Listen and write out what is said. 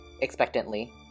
expectantly